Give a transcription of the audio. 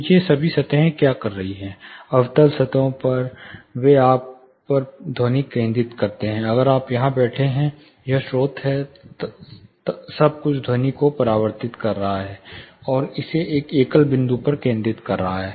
तो ये सभी सतहें क्या कर रही हैं अवतल सतहों वे आप पर ध्वनि केंद्रित करते हैं अगर आप यहां बैठे हैं यह स्रोत है सब कुछ ध्वनि को परावर्तित कर रहा है और इसे एक एकल बिंदु पर केंद्रित कर रहा है